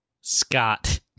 Scott